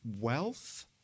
wealth